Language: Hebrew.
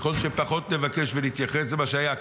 ככל שפחות נבקש ונתייחס, זה מה שהיה.